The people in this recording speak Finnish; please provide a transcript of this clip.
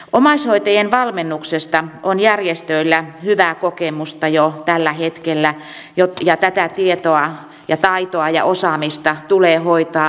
omaishoitajien valmennuksesta on järjestöillä hyvää kokemusta jo tällä hetkellä ja tätä tietoa taitoa ja osaamista tulee hyödyntää jatkossa